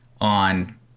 on